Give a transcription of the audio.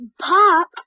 Pop